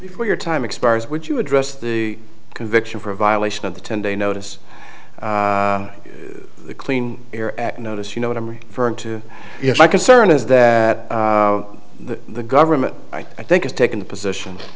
before your time expires would you address the conviction for a violation of the ten day notice the clean air act notice you know what i'm referring to if i concern is that the government i think has taken the position